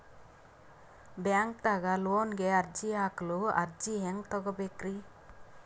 ಬ್ಯಾಂಕ್ದಾಗ ಲೋನ್ ಗೆ ಅರ್ಜಿ ಹಾಕಲು ಅರ್ಜಿ ಹೆಂಗ್ ತಗೊಬೇಕ್ರಿ?